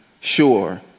sure